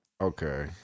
Okay